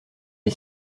est